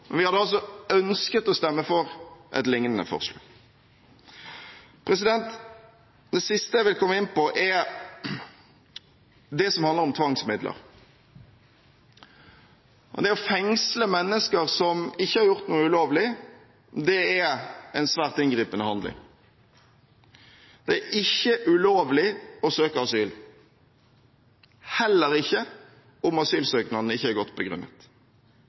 Men vi hadde ønsket å stemme for et liknende forslag. Det siste jeg vil komme inn på, er det som handler om tvangsmidler. Det å fengsle mennesker som ikke har gjort noe ulovlig, er en svært inngripende handling. Det er ikke ulovlig å søke asyl – heller ikke om asylsøknaden ikke er godt begrunnet.